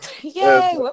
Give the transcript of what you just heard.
Yay